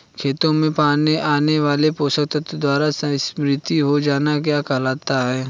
खेतों में आने वाले पोषक तत्वों द्वारा समृद्धि हो जाना क्या कहलाता है?